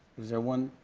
is there one?